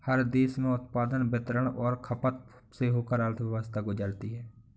हर देश में उत्पादन वितरण और खपत से होकर अर्थव्यवस्था गुजरती है